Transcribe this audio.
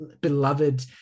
beloved